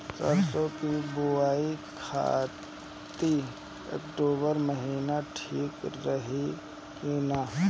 सरसों की बुवाई खाती अक्टूबर महीना ठीक रही की ना?